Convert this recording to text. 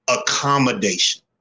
accommodation